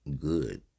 good